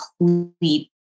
complete